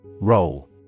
Roll